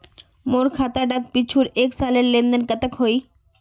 मोर खाता डात पिछुर एक सालेर लेन देन कतेक होइए?